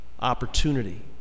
opportunity